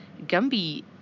Gumby